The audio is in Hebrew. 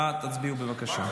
אנא הצביעו, בבקשה.